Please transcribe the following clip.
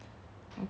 okay